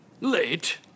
Late